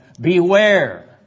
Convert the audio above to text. Beware